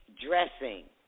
dressing